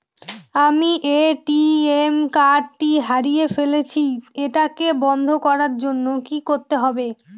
আমি ATM card টি হারিয়ে ফেলেছি এটাকে বন্ধ করার জন্য কি করতে হবে?